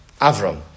Avram